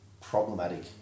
problematic